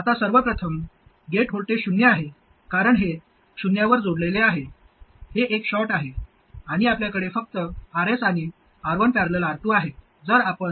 आता सर्व प्रथम गेट व्होल्टेज शून्य आहे कारण हे शून्यावर जोडलेले आहे हे एक शॉर्ट आहे आणि आपल्याकडे फक्त Rs आणि R1 ।। R2 आहे